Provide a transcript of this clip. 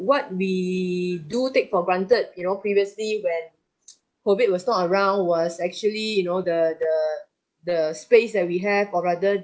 what we do take for granted you know previously when COVID was not around was actually you know the the the space that we have or rather